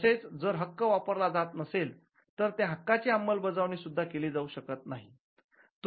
तसेच जर हक्क वापरला जात नसेल तर या हक्काची अंमलबजावणी सुद्धा केली जाऊ शकत नाही